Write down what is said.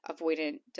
avoidant